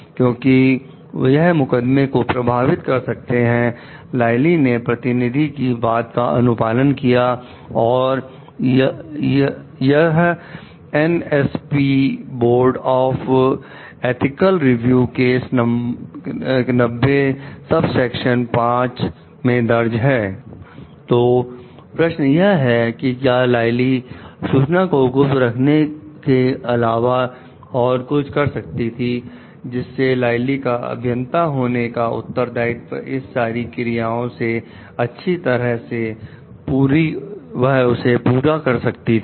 तो प्रश्न यह है कि क्या लेली का अभियंता होने का उत्तरदायित्व इन सारी क्रियाओं से अच्छे तरह से पूरी सकती थी